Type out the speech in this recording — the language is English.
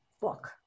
book